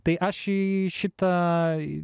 tai aš į šitą